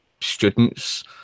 students